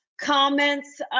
comments